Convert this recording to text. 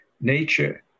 nature